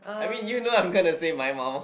I mean you know I'm gonna say my mum